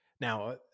now